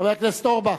חבר הכנסת אורבך,